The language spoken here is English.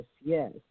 yes